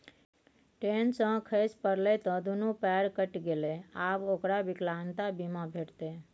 ten सँ खसि पड़लै त दुनू पयर कटि गेलै आब ओकरा विकलांगता बीमा भेटितै